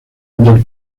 del